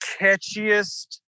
catchiest